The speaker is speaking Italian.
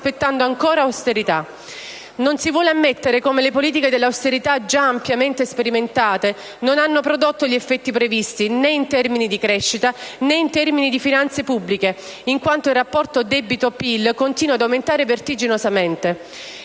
Non si vuole ammettere come le politiche dell'austerità, già ampiamente sperimentate, non hanno prodotto gli effetti previsti né in termini di crescita né di finanze pubbliche, in quanto il rapporto debito-PIL continua ad aumentare vertiginosamente.